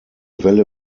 welle